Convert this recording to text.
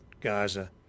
Gaza